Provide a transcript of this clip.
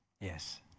Yes